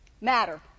matter